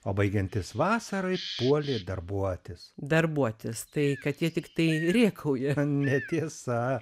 o baigiantis vasarai puolė darbuotis darbuotis tai kad jie tai rėkauja netiesa